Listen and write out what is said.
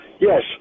yes